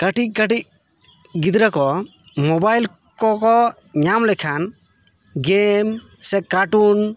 ᱠᱟᱹᱴᱤᱡ ᱠᱟᱹᱴᱤᱡ ᱜᱤᱫᱽᱨᱟᱹ ᱠᱚ ᱢᱚᱵᱟᱭᱤᱞ ᱠᱚ ᱠᱚ ᱧᱟᱢ ᱞᱮᱠᱷᱟᱱ ᱜᱮᱢ ᱥᱮ ᱠᱟᱴᱩᱱ